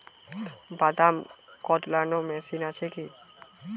বাদাম কদলানো মেশিন আছেকি?